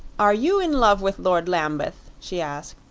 are you in love with lord lambeth? she asked.